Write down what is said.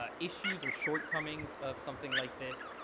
ah issues or short comings of something like this.